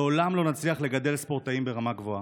לעולם לא נצליח לגדל ספורטאים ברמה גבוהה.